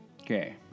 Okay